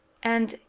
and,